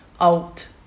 out